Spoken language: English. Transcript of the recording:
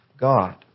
God